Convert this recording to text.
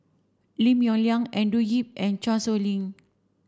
Lim Yong Liang Andrew Yip and Chan Sow Lin